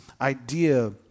idea